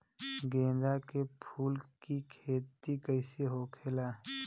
गेंदा के फूल की खेती कैसे होखेला?